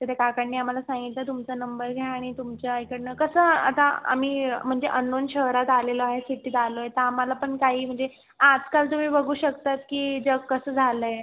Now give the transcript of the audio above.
तर त्या काकांनी आम्हाला सांगितलं तुमचा नंबर घ्या आणि तुमच्या इकडनं कसं आता आम्ही म्हणजे अननोन शहरात आलेलो आहे सिटीत आलो आहे तर आम्हाला पण काही म्हणजे आजकाल तुम्ही बघू शकतात की जग कसं झालं आहे